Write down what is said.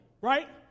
right